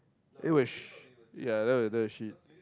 eh wait shit ya that was that was shit